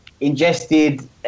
ingested